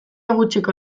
gutxiko